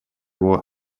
war